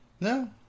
No